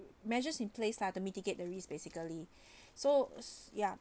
measures in place lah to mitigate the risk basically so ya